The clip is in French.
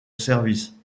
services